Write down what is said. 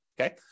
okay